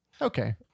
Okay